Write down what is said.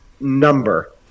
number